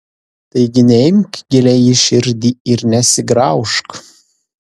taigi neimk giliai į širdį ir nesigraužk